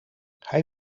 hij